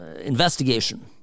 investigation